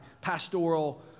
pastoral